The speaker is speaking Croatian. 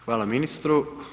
Hvala ministru.